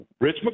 Rich